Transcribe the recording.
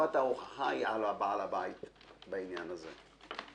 שחובת ההוכחה היא על בעל הבית בעניין הזה,